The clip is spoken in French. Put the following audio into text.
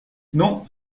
non